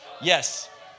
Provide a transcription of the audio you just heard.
Yes